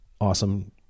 awesome